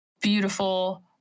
Beautiful